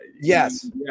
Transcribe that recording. Yes